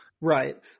Right